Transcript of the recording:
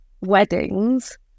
weddings